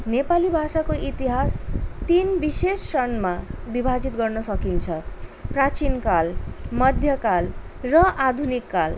नेपाली भाषाको इतिहास तिन विशेष क्षणमा विभाजित गर्न सकिन्छ प्राचीनकाल मध्यकाल र आधुनिक काल